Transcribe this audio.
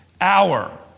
hour